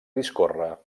discorre